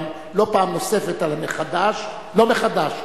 לא מחדש,